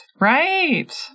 Right